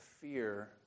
fear